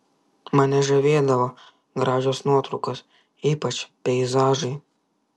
mane žavėdavo gražios nuotraukos ypač peizažai